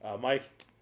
Mike